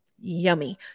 Yummy